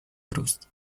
trust